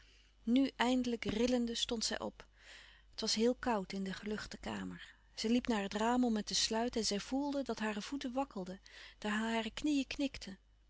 nu eindelijk rillende stond zij op het was heel koud in de geluchte kamer zij liep naar het raam om het te sluiten en zij voelde dat hare voeten wakkelden dat hare knieën knikten